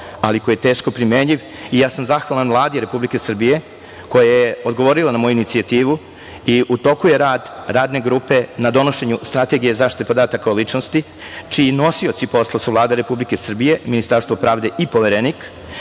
ali koji je teško primenljiv. Zahvalan sam Vladi Republike Srbije koja je odgovorila na moju inicijativu i u toku je rad Radne grupe na donošenju strategije zaštite podataka o ličnosti, čiji nosioci posla su Vlada Republike Srbije, Ministarstvo pravde i Poverenik,